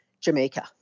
Jamaica